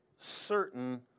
certain